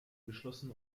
geschlossen